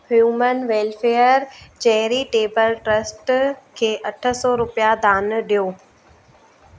human welfare charitable trust खे अठ सौ रुपिया दान ॾियो